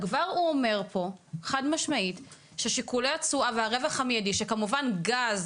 כבר הוא אומר פה חד משמעית ששיקולי התשואה והרווח המיידי שכמובן גז